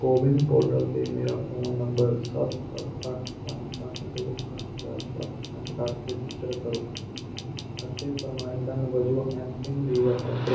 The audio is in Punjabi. ਕੋਵਿਨ ਪੋਰਟਲ 'ਤੇ ਮੇਰਾ ਫ਼ੋਨ ਨੰਬਰ ਸੱਤ ਸੱਤ ਅੱਠ ਪੰਜ ਅੱਠ ਦੋ ਅੱਠ ਚਾਰ ਸੱਤ ਪੰਜ ਅੱਠ ਰਜਿਸਟਰ ਕਰੋ ਅਤੇ ਪ੍ਰਮਾਣੀਕਰਨ ਵਜੋਂ ਐੱਮਪਿੰਨ ਦੀ ਵਰਤੋਂ ਕਰੋ